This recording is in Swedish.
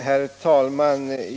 Herr talman!